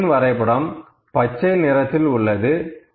இந்த லைன் வரைபடம் பச்சை நிறத்தில் உள்ளது